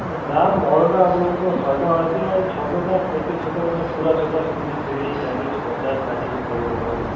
ହଁ ଦାମ୍ ବଡ଼ଟା ଆପଣଙ୍କ ଶହେ ଟଙ୍କା ଆସିଯିବ ଆଉ ଛୋଟଟା କେତେ ଛୋଟ ବେଲେ ପୁରା ଛୋଟ ସେମିତି ତିରିଶ ଚାଳିଶ ପଚାଶ ଷାଠିଏ ସବୁ ରକମ ର